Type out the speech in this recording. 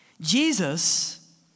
Jesus